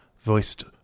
voiced